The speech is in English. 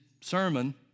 sermon